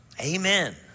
Amen